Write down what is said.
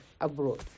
abroad